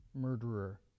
murderer